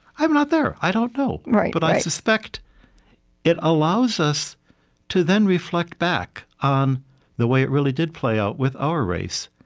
i'm not there. i don't know. but i suspect it allows us to then reflect back on the way it really did play out with our race,